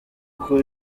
kuko